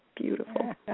Beautiful